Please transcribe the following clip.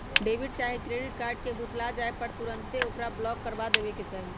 debit चाहे credit card के भुतला जाय पर तुन्ते ओकरा ब्लॉक करबा देबेके चाहि